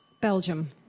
Belgium